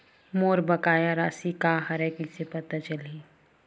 मोर बकाया राशि का हरय कइसे पता चलहि?